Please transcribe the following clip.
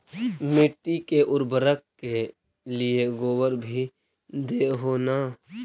मिट्टी के उर्बरक के लिये गोबर भी दे हो न?